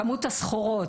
כמות הסחורות,